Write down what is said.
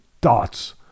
dots